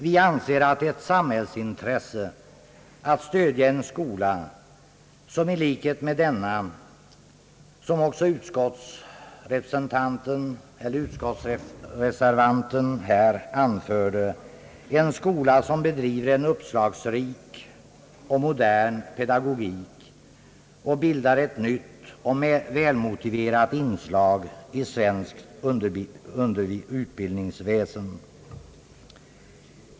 Vi anser att det är ett samhällsintresse att stödja en skola, som i likhet med denna, såsom också utskottsreservanten här anförde, bedriver en uppslagsrik och modern pedagogik och bildar ett nytt och välmotiverat inslag i svenskt undervisningsväsen.